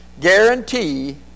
guarantee